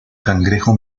cangrejo